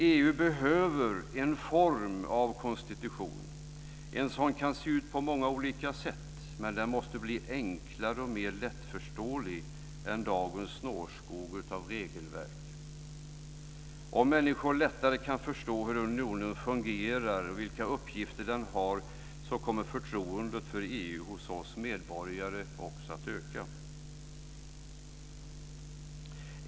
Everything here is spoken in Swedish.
EU behöver en form av konstitution. En sådan kan se ut på många olika sätt, men den måste bli enklare och mer lättförståelig än dagens snårskog av regelverk. Om människor lättare kan förstå hur unionen fungerar och vilka uppgifter den har kommer förtroendet för EU hos oss medborgare också att öka.